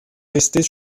rester